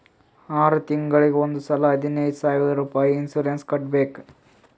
R ತಿಂಗುಳಿಗ್ ಒಂದ್ ಸಲಾ ಹದಿನೈದ್ ಸಾವಿರ್ ರುಪಾಯಿ ಇನ್ಸೂರೆನ್ಸ್ ಕಟ್ಬೇಕ್